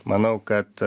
manau kad